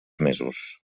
mesos